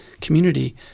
community